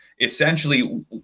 essentially